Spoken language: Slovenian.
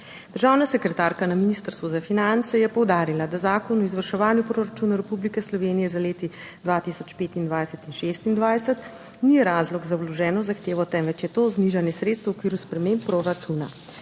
Državna sekretarka na Ministrstvu za finance je poudarila, da Zakon o izvrševanju proračuna Republike Slovenije za leti 2025 in 2026 ni razlog za vloženo zahtevo, temveč je to znižanje sredstev v okviru sprememb proračuna.